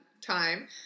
time